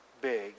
big